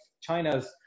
China's